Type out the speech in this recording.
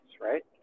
right